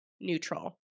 neutral